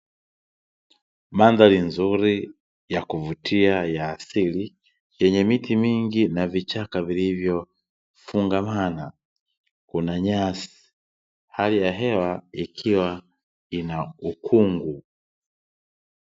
Mandhari nzuri ya kuvutia ya asili, yenye miti mingi na vichaka vilivyofungamana. Kuna nyasi, hali ya hewa ikiwa ina ukungu.